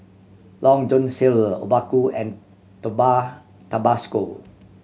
Long John Silver Obaku and Tabasco